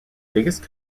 biggest